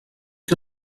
que